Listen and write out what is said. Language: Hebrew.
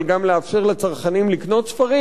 אבל גם לאפשר לצרכנים לקנות ספרים.